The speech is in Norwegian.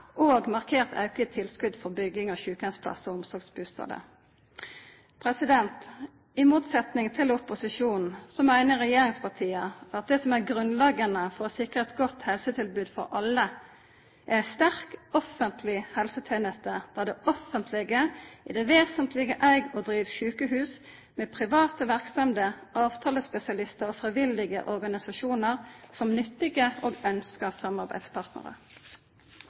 og markert auke i tilskota for bygging av sjukeheimsplassar og omsorgsbustader. I motsetnad til opposisjonen meiner regjeringspartia at det som er grunnleggjande for å sikra eit godt helsetilbod til alle, er ei sterk offentleg helseteneste der det offentlege i det vesentlege eig og driv sjukehusa, med private verksemder, avtalespesialistar og frivillige organisasjonar som nyttige og ønskte samarbeidspartnarar.